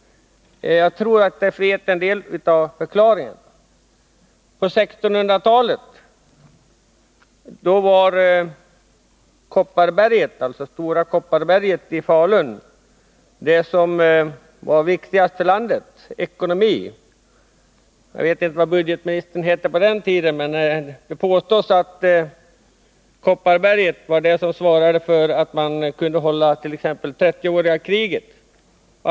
Jag tror att jag kan redovisa en del av förklaringen till detta. På 1600-talet var Kopparberget, eller Stora Kopparberget i Falun, den viktigaste enskilda faktorn för landets ekonomi. Jag vet inte vad motsvarigheten till budgetministern hette på den tiden, men det påstås att Kopparberget var förutsättningen för landets deltagande i trettioåriga kriget.